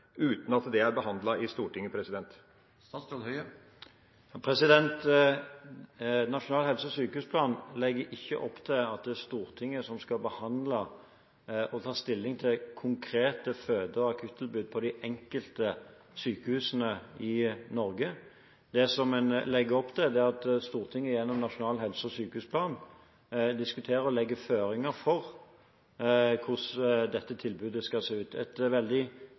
uten at dette er behandlet i Stortinget? Nasjonal helse- og sykehusplan legger ikke opp til at det er Stortinget som skal behandle og ta stilling til konkrete føde- og akuttilbud på de enkelte sykehusene i Norge. Det en legger opp til, er at Stortinget gjennom nasjonal helse- og sykehusplan diskuterer og legger føringer for hvordan dette tilbudet skal se ut.